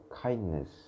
Kindness